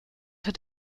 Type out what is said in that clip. hat